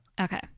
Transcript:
Okay